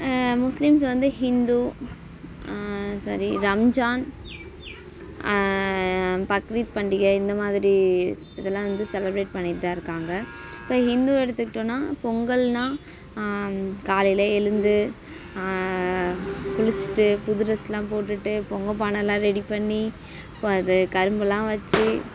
Muslims வந்து ஹிந்து சரி ரம்ஜான் பக்ரீத் பண்டிகை இந்த மாதிரி இதெல்லாம் வந்து செலப்ரேட் பண்ணிட்டுதான் இருக்காங்க இப்போ ஹிந்து எடுத்துகிட்டோம்னா பொங்கல்னால் காலையில் எழுந்து குளித்துட்டு புது ட்ரெஸ்லாம் போட்டுட்டு பொங்கல் பானைலாம் ரெடி பண்ணி அது கரும்புலாம் வச்சு